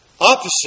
opposite